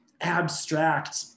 abstract